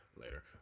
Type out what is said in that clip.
later